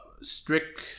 strict